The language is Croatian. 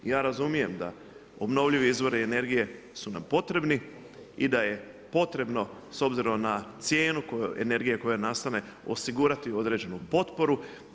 I ja razumijem da obnovljivi izvori energiju su nam potrebni i da nam je potrebno s obzirom na cijenu energije koja nastane osigurati određenu potporu.